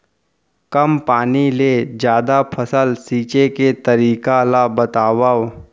कम पानी ले जादा फसल सींचे के तरीका ला बतावव?